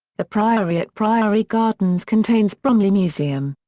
the priory at priory gardens contains bromley museum.